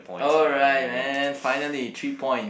alright man finally three point